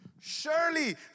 Surely